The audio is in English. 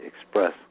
express